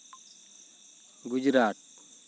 Gujarat